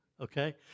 okay